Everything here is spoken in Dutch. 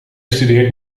studeert